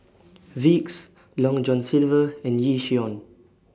Vicks Long John Silver and Yishion